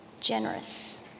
generous